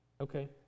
Okay